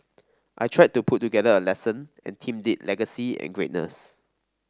I tried to put together a lesson and themed it legacy and greatness